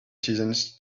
seasons